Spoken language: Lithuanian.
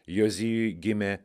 jozijui gimė